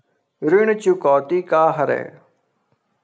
ऋण चुकौती का हरय?